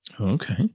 Okay